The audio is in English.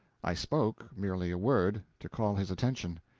i spoke merely a word, to call his attention.